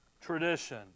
tradition